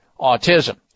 autism